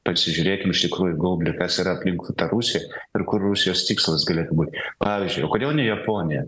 pasižiūrėkim iš tikrųjų į gaublį kas yra aplinkui tą rusiją ir kur rusijos tikslas galėtų būt pavyzdžiui o kodėl ne japonija